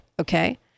Okay